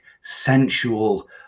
sensual